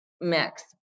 mix